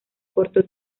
corto